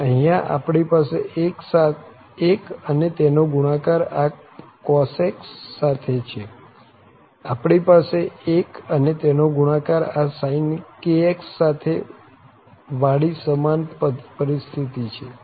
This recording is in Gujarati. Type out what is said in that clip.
અને અહિયાં આપણી પાસે 1 અને તેનો ગુણાકાર આ cos kx સાથે છે આપણી પાસે 1 અને તેનો ગુણાકાર આ sin kx સાથે વાળી સમાન પરિસ્થિતિ છે